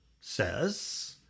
says